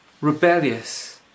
rebellious